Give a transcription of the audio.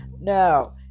No